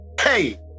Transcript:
hey